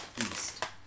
east